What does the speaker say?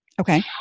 Okay